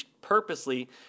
purposely